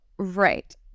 Right